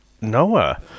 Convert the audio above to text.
Noah